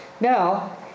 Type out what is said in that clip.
Now